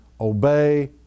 obey